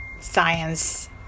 science